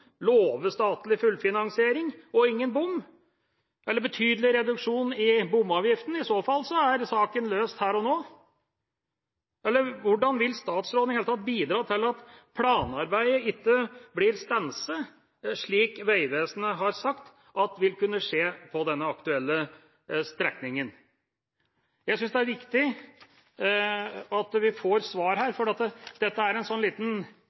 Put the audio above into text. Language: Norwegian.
love statlig fullfinansiering og ingen bom, eller betydelig reduksjon i bomavgiften? I så fall er saken løst her og nå. Hvordan vil statsråden i det hele tatt bidra til at planarbeidet ikke blir stanset, som Vegvesenet har sagt vil kunne skje på den aktuelle strekninga? Jeg synes det er viktig at vi får svar her, for dette er